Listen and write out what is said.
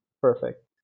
perfect